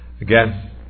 Again